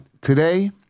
Today